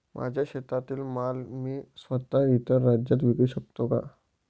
माझ्या शेतातील माल मी स्वत: इतर राज्यात विकू शकते का?